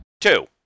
Two